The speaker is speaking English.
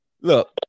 look